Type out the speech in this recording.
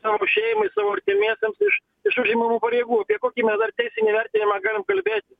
savo šeimai savo artimiesiems iš iš užimamų pareigų apie kokį mes dar teisinį vertinimą galim kalbėti